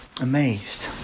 amazed